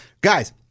Guys